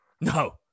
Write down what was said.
no